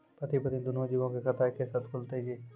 पति पत्नी दुनहु जीबो के खाता एक्के साथै खुलते की?